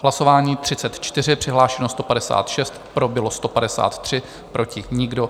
Hlasování číslo 34, přihlášeno 156, pro bylo 153, proti nikdo.